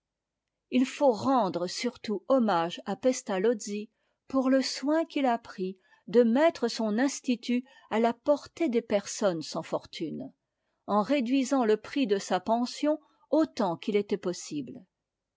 h faut rendre surtout hommage à pestalozzi pour le soin qu'il a pris de mettre son institut à la portée des personnes sans fortune en réduisant le prix de sa pension autant qu'il était possible